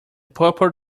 purple